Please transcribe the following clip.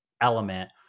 element